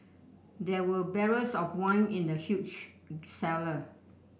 there were barrels of wine in the huge cellar